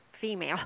female